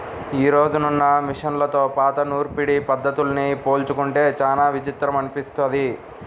యీ రోజునున్న మిషన్లతో పాత నూర్పిడి పద్ధతుల్ని పోల్చుకుంటే చానా విచిత్రం అనిపిస్తది